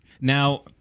Now